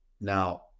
Now